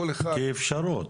כאפשרות.